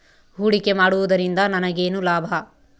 ಹೂಡಿಕೆ ಮಾಡುವುದರಿಂದ ನನಗೇನು ಲಾಭ?